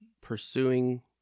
pursuing